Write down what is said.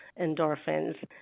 endorphins